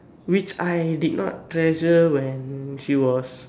which I did not treasure when she was